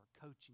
coaching